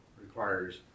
requires